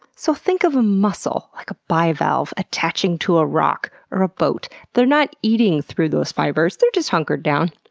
so, think of a mussel, like a bivalve, attaching to a rock or a boat. they're not eating through those fibers they're just hunkered down.